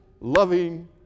loving